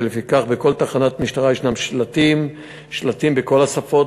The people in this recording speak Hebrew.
ולפיכך בכל תחנת משטרה יש שלטים בכל השפות,